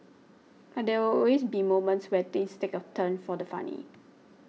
but there always be moments where things take a turn for the funny